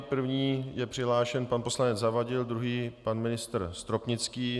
První je přihlášen pan poslanec Zavadil, druhý pan ministr Stropnický.